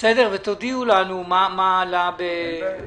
לא מבין למה הוא.